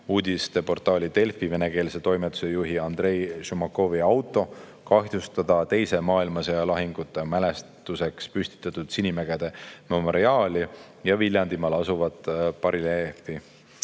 uudisteportaali Delfi venekeelse toimetuse juhi Andrei Šumakovi auto, kahjustada Teise maailmasõja lahingute mälestuseks püstitatud Sinimägede memoriaali ja Viljandimaal asuvat bareljeefi.